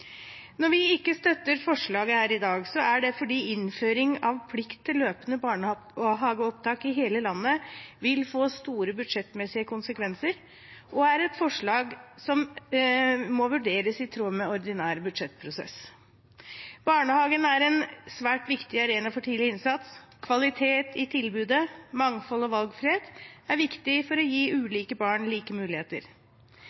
Når vi ikke støtter dette forslaget i dag, er det fordi innføring av plikt til løpende barnehageopptak i hele landet vil få store budsjettmessige konsekvenser, og dette er et forslag som må vurderes i tråd med ordinær budsjettprosess. Barnehagen er en svært viktig arena for tidlig innsats. Kvalitet i tilbudet, mangfold og valgfrihet er viktig for å gi